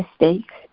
mistakes